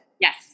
Yes